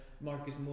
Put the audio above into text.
Marcus